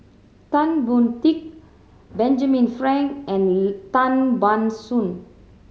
Tan Boon Teik Benjamin Frank and Tan Ban Soon